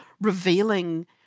revealing